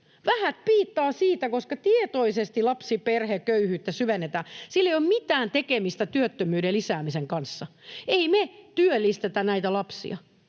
Vähät piittaa siitä, koska tietoisesti lapsiperheköyhyyttä syvennetään. Sillä ei ole mitään tekemistä työllisyyden lisäämisen kanssa: ei me työllistetä näitä lapsia,